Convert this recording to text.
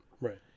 right